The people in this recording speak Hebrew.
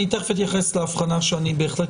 אני מיד אתייחס להבחנה שאני בהחלט